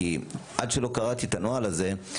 כי עד שלא קראתי את הנוהל הזה,